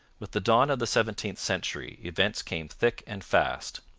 with the dawn of the seventeenth century events came thick and fast.